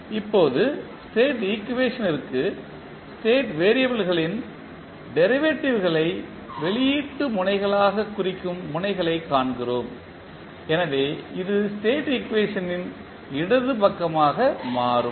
இப்போது ஸ்டேட் ஈக்குவேஷன்ட்ற்கு ஸ்டேட் வெறியபிள்களின் டெரிவேட்டிவ்களை வெளியீட்டு முனைகளாகக் குறிக்கும் முனைகளைக் காண்கிறோம் எனவே இது ஸ்டேட் ஈக்குவேஷன்ட்ன் இடது பக்கமாக மாறும்